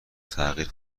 تغییر